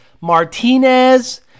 Martinez